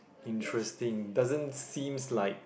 interesting doesn't seems like